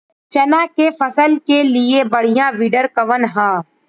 चना के फसल के लिए बढ़ियां विडर कवन ह?